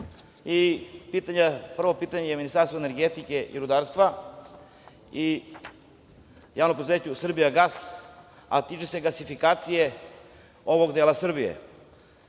pitanje je upućeno Ministarstvu energetike i rudarstva i javnom preduzeću "Srbijagas", a tiče se gasifikacija ovog dela Srbije.